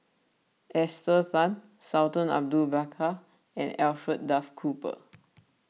Esther Tan Sultan Abu Bakar and Alfred Duff Cooper